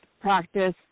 practice